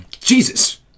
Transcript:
Jesus